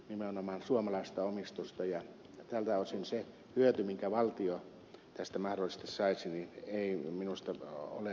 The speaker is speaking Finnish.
minä nämä suomalaista omistusta ja tältä osin se hyöty minkä valtio tästä mahdollisesti saisi ei minusta ole riittävä